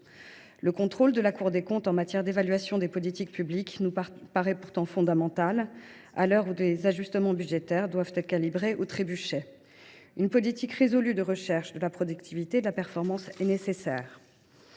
Le rôle de la Cour des comptes en matière d’évaluation des politiques publiques nous paraît pourtant fondamental, à l’heure où les ajustements budgétaires doivent être calibrés au trébuchet. Une politique résolue de recherche de la productivité et de la performance est nécessaire.